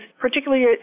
particularly